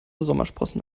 sommersprossen